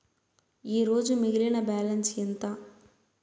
ఈరోజు మిగిలిన బ్యాలెన్స్ ఎంత?